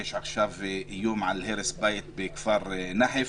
יש עכשיו איום על הרס בית בכפר נחף,